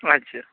ᱟᱪᱪᱷᱟ